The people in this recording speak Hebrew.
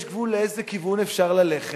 יש גבול לאיזה כיוון אפשר ללכת.